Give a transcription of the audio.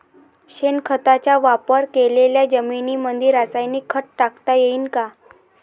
शेणखताचा वापर केलेल्या जमीनीमंदी रासायनिक खत टाकता येईन का?